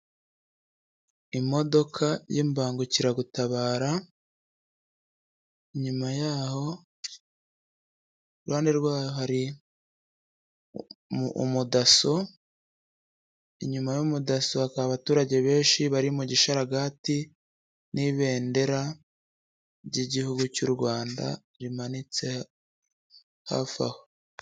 Imodoka y'imbangukiragutabara nyuma y'aho iruhande rwaho hari umudaso inyuma y'umudaso hakaba abaturage benshi bari mu gisharagati n'ibendera ry'igihugu cy'u Rwanda rimanitse hafi aho.